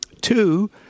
Two